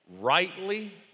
rightly